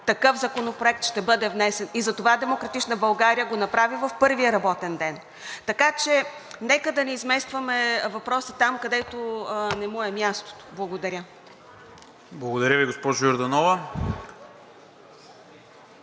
такъв законопроект ще бъде внесен и затова „Демократична България“ го направи в първия работен ден. Така че нека да не изместване въпроса там, където не му е мястото. Благодаря. ПРЕДСЕДАТЕЛ НИКОЛА МИНЧЕВ: